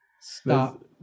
stop